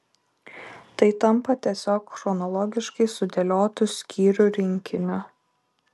tai tampa tiesiog chronologiškai sudėliotu skyrių rinkiniu